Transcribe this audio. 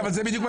בדיוק.